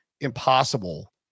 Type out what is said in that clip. impossible